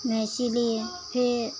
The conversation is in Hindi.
मैं सिली फिर